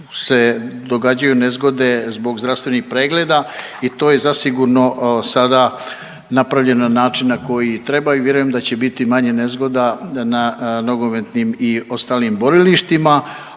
se događaju nezgode zbog zdravstvenih pregleda i to je zasigurno sada napravljeno na način na koji treba i vjerujem da će biti manje nezgoda na nogometnim i ostalim borilištima,